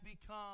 become